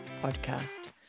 podcast